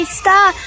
star